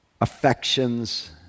affections